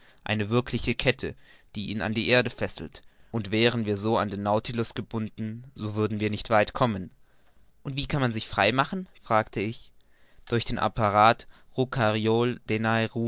eine wirkliche kette die ihn an die erde fesselt und wären wir so an den nautilus gebunden so würden wir nicht weit kommen und wie kann man sich frei machen fragte ich durch den apparat rouquayrol denayrouze den